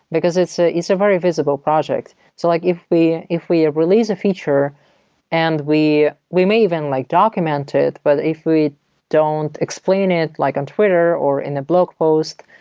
because it's ah it's a very visible project so like if we if we ah release a feature and we we may even like document it, but if we don't explain it like on twitter, or in a blog post,